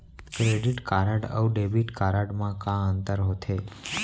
Credit card अऊ debit card मा का अंतर होथे?